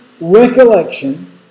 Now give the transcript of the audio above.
recollection